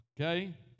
okay